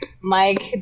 Mike